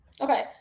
Okay